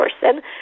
person